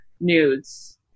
nudes